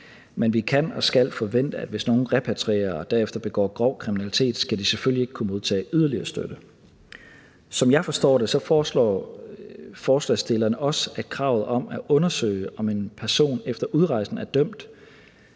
men vi kan og skal forvente, at hvis nogen repatrierer og derefter begår grov kriminalitet, skal de selvfølgelig ikke kunne modtage yderligere støtte. Kl. 12:42 Som jeg forstår det, foreslår forslagsstillerne også, at kravet om at undersøge, om en person efter udrejsen af